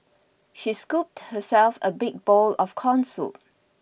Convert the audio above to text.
she scooped herself a big bowl of corn soup